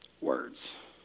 Words